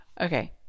Okay